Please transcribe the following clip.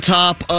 top